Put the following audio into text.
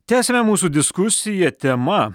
tęsiame mūsų diskusiją tema